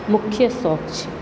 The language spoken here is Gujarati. મુખ્ય શોખ છે